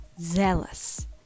zealous